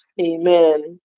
amen